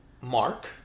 mark